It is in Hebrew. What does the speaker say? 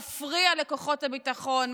מפריע לכוחות הביטחון,